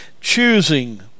choosing